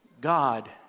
God